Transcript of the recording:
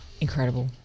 Incredible